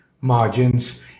margins